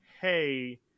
hey